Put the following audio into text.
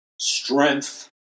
strength